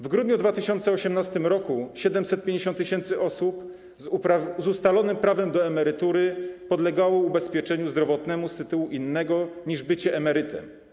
W grudniu 2018 r. 750 tys. osób z ustalonym prawem do emerytury podlegało ubezpieczeniu zdrowotnemu z tytułu innego niż bycie emerytem.